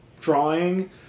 drawing